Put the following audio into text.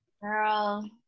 girl